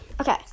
Okay